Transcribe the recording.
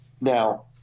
now